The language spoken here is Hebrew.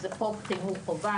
שזה חוק חינוך חובה,